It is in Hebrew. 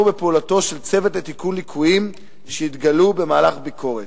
ובפעולתו של צוות לתיקון ליקויים שהתגלו במהלך ביקורת.